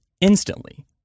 instantly